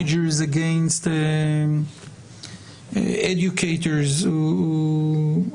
בלי לתייג את מערכת היחסים המורכבת בין תוקף הקטין,